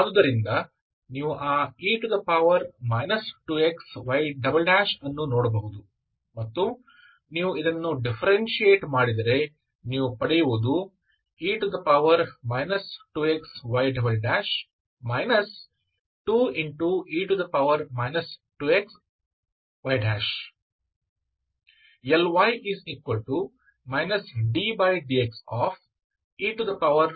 ಆದುದರಿಂದ ನೀವು ಆ e 2xy ಅನ್ನು ನೋಡಬಹುದು ಮತ್ತು ನೀವು ಇದನ್ನು ಡಿಫ್ಫರೆನ್ಶಿಯೇಟ್ ಮಾಡಿದರೆ ನೀವು ಪಡೆಯುವುದು e 2xy 2e 2xy